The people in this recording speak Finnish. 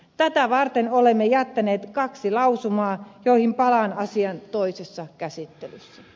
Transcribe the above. tätä varten olemme jättäneet kaksi lausumaa joihin palaan asian toisessa käsittelyssä